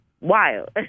wild